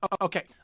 Okay